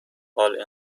حاال